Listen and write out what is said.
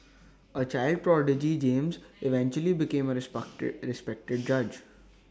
A child prodigy James eventually became A responded respected judge